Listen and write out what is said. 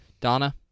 Donna